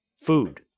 food